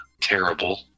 terrible